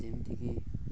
ଯେମିତିକି